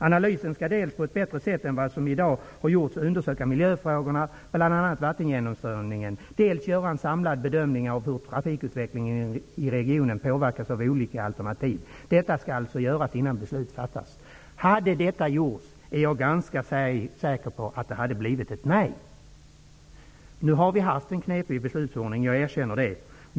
Analysen skall dels på ett bättre sätt än vad som i dag har gjorts undersöka miljöfrågorna, bl.a. vattengenomströmningen, dels göra en samlad bedömning av hur trafikutvecklingen i regionen påverkas av olika alternativ. Detta skall alltså göras innan beslut fattas. Om detta hade gjorts är jag ganska säker på att det hade blivit ett nej. Vi har haft en knepig beslutsordning. Jag erkänner det.